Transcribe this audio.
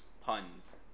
puns